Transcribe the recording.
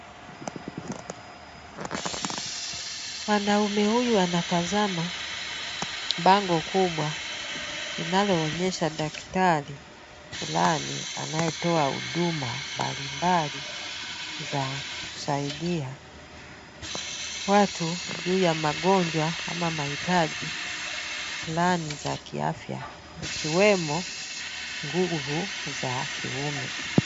Mwanaume huyu anatazama bango kubwa linaloonyesha daktari fulani anayetoa huduma mbalimbali za kusaidia watu juu ya magonjwa ama mahitaji fulani za kiafya ikiwemo nguvu za kiume.